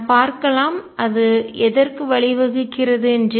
நாம் பார்க்கலாம் அது எதற்கு வழிவகுக்கிறது என்று